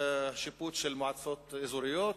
שיפוט על מועצות אזוריות